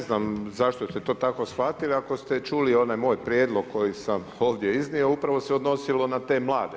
Ne znam zašto ste to tako shvatili, ako ste čuli onaj moj prijedlog koji sam ovdje iznio, upravo se odnosilo na te mlade.